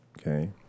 okay